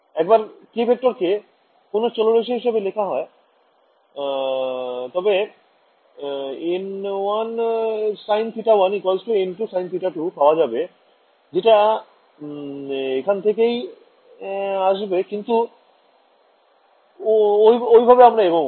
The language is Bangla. একবার k ভেক্টর কে কোণের চলরাশি হিসেবে লেখা হয় তবে n1 sin θ1 n2 sin θ2 পাওয়া যাবে যেটা এখান থেকেই আসবে কিন্তু ঐভাবে আমরা এগব না